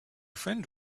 friend